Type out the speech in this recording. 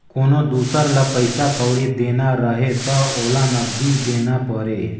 कोनो दुसर ल पइसा कउड़ी देना रहें त ओला नगदी देना परे